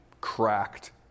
cracked